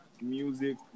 music